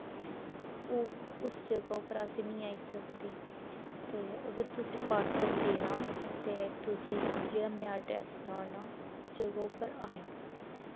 उस जगह पर अस निं आई सकदे ते अगर तुसें पार्सल लेना ते तुसेंगी जेह्ड़ा में आडर्स सनाना उस जगह पर आई जाओ